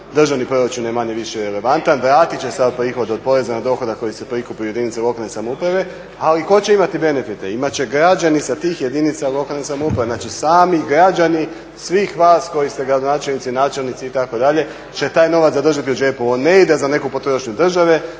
državni proračun je manje-više relevantan, vratit će sav prihod od poreza na dohodak koji se prikupio u jedinice lokalne samouprave ali tko će imati benefite. Imat će građani sa tih jedinice lokalne samouprave znači sami građani svih vas koji ste gradonačelnici, načelnici itd. će taj novac zadržati u džepu. On ne ide za neku potrošnju države